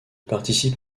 participe